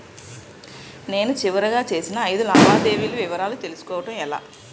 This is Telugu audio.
నేను చివరిగా చేసిన ఐదు లావాదేవీల వివరాలు తెలుసుకోవటం ఎలా?